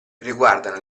riguardano